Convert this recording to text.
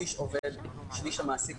שליש עובד ושליש המעסיק,